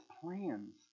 plans